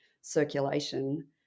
circulation